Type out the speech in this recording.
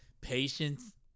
patience